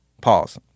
pause